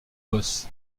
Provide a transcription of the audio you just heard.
boss